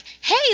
hey